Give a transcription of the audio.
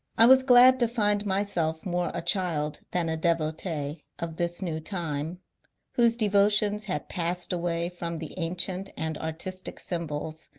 i was glad to find myself more a child than a devotee of this new time whose devotions had passed away from the ancient and artis tic symbols,